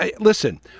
listen